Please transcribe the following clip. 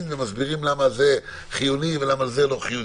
ומסבירים למה זה חיוני ולמה זה לא חיוני.